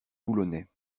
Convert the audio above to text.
boulonnais